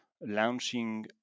launching